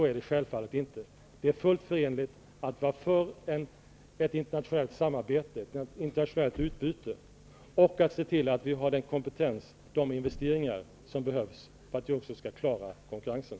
Det är självfallet inte så. Det är fullt förenligt att vara för ett internationellt samarbete och ett internationellt utbyte och att se till att vi har den kompetens och de investeringar som behövs för att vi också skall klara konkurrensen.